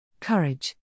courage